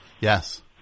Yes